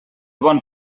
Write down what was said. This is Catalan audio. bon